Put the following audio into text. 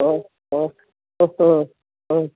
മ്മ് മ്മ് മ്മ്മ്മ് മ്മ്